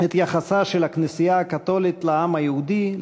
את יחסה של הכנסייה הקתולית לעם היהודי,